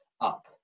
up